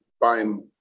buying